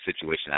situation